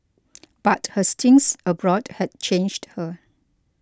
but her stints abroad had changed her